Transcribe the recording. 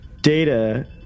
Data